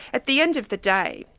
at the end of the day,